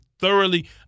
thoroughly